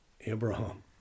Abraham